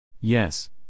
Yes